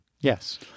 Yes